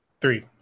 Three